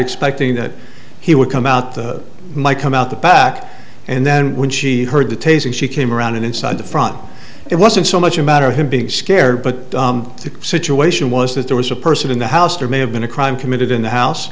expecting that he would come out the might come out the back and then when she heard the tasing she came around inside the front it wasn't so much a matter of him being scared but the situation was that there was a person in the house there may have been a crime committed in the house